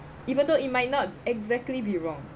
even though it might not exactly be wrong